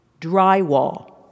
drywall